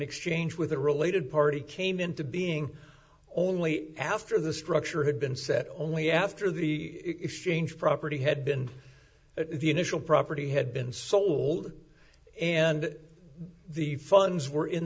exchange with a related party came into being only after the structure had been set only after the if change property had been the initial property had been sold and the funds were in